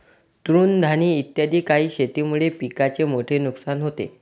तृणधानी इत्यादी काही शेतीमुळे पिकाचे मोठे नुकसान होते